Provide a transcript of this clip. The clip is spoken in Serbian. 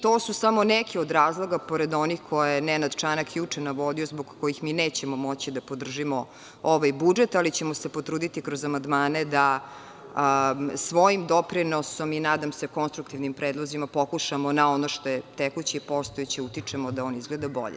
To su samo neki od razloga, pored onih koje je Nenad Čanak juče navodio, zbog kojih mi nećemo moći da podržimo ovaj budžet, ali ćemo se potruditi kroz amandmane da svojim doprinosom i nadam se, konstruktivnim predlozima pokušamo na ono što je tekuće i postojeće utičemo da on izgleda bolje.